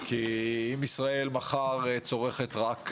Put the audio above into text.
כי אם ישראל מחר צורכת רק,